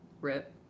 RIP